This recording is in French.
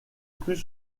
plus